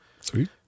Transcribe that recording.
Sweet